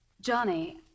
Johnny